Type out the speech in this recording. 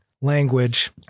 language